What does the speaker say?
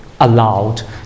Allowed